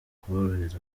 kuborohereza